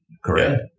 Correct